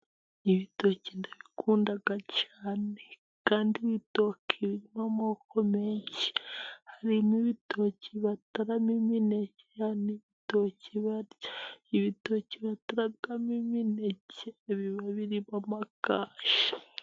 Ibitoki ndabikunda cyane kandi ibitoki birimo amoko menshi, harimo ibitoki bataramo imineke n'ibitoki barya, ibitoki bataramo imineke biba birimo amakashi.